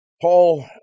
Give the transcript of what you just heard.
Paul